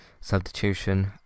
substitution